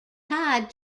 tied